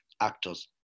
actors